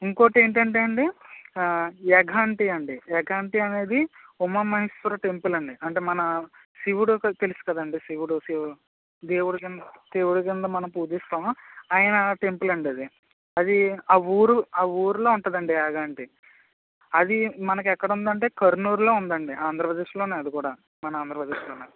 ఇంకోటి ఏంటీ అంటేనండి యాగంటి యాగంటి అనేది ఉమా మహేశ్వర టెంపుల్ అండి అంటే మన శివుడు తెలుసు కదండి శివుడు దేవుడు కింద దేవుడు కింద మనం పూజిస్తాము ఆయన టెంపుల్ అండి అది అది ఆ ఊరు ఆ ఊరులో ఉంటుందండి యాగంటి అది మనకి ఎక్కడ ఉంది అంటే కర్నూలులో ఉందండి ఆంధ్రప్రదేశ్లోనే అది కూడా మన ఆంధ్రప్రదేశ్లోనే